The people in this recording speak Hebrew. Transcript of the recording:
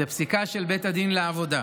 זו פסיקה של בית הדין לעבודה.